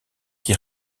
qui